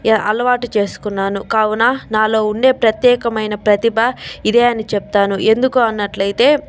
అలవాటు చేసుకున్నాను కావున నాలో ఉండే ప్రత్యేకమైన ప్రతిభ ఇదే అని చెప్తాను ఎందుకు అన్నట్లయితే